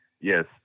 yes